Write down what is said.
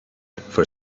for